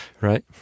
Right